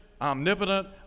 omnipotent